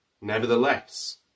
Nevertheless